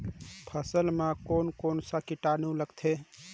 फसल मा कोन कोन सा कीटाणु लगथे?